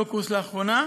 לא קורס לאחרונה,